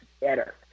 better